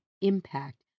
impact